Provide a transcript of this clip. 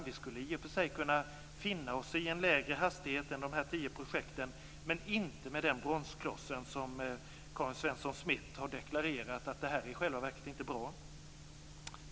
Vi skulle i och för sig kunna finna oss i en lägre hastighet än vad gäller de tio projekten, men inte med den bromskloss som utgörs av vad Karin Svensson Smith här deklarerat, att det här i själva verket inte är bra.